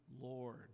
Lord